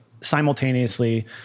simultaneously